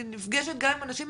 אני נפגשת גם עם אנשים,